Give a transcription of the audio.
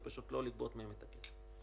ופשוט לא לגבות מהן את הכסף.